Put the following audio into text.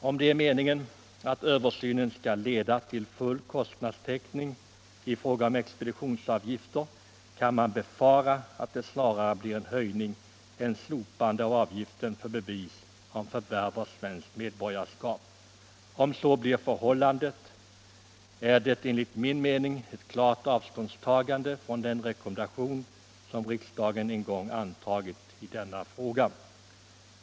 Om det är meningen att översynen skall leda till full kostnadstäckning i fråga om expeditionsavgifter, kan man befara att det snarare blir en höjning än ett slopande av avgiften för bevis om förvärv av svenskt medborgarskap. Om så blir förhållandet är det enligt min mening ett klart avståndstagande från den rekommendation som riksdagen en gång antagit i denna fråga.